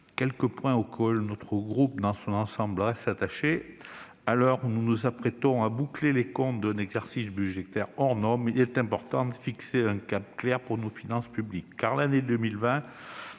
quelques points auxquels mon groupe, dans son ensemble, reste attaché. À l'heure où nous nous apprêtons à boucler les comptes d'un exercice budgétaire hors norme, il est important de fixer un cap clair pour nos finances publiques, car l'année 2020